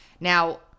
Now